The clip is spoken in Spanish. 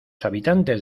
habitantes